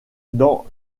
dans